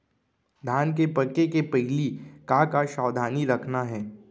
धान के पके के पहिली का का सावधानी रखना हे?